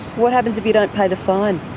what happens if you don't pay the fine?